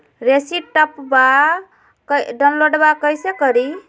रेसिप्टबा डाउनलोडबा कैसे करिए?